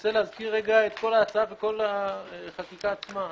רוצה להזכיר רגע את כל ההצעה וכל החקיקה עצמה.